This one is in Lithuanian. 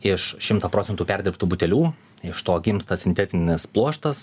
iš šimtą procentų perdirbtų butelių iš to gimsta sintetinis pluoštas